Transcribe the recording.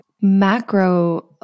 macro